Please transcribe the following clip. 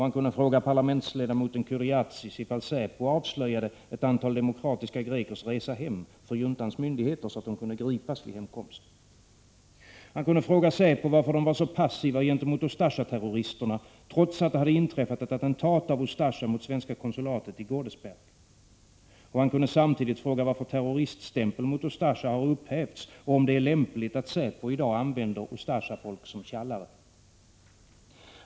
Han kunde fråga parlamentsledamoten Kyriazis ifall säpo avslöjade ett antal demokratiska grekers resa hem för juntans myndigheter, så att de kunde gripas vid hemkomsten. Han kunde fråga säpo varför man var så passiv gentemot Ustasjaterroristerna trots att det inträffat ett attentat av Ustasja mot det svenska konsulatet i BadGodesberg. Han kunde samtidigt fråga varför terroriststämpeln mot Ustasja har upphävts och om det är lämpligt att säpo i dag använder Ustasjafolk som tjallare.